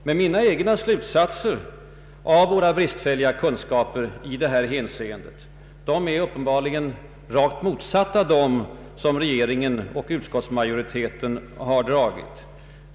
Men mina egna slutsatser av våra bristfälliga kunskaper i det hänseendet är uppenbarligen rakt motsatta dem som regeringen och utskottsmajoriteten dragit.